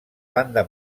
banda